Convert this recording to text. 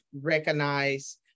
recognize